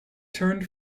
turned